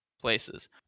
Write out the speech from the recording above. places